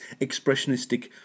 expressionistic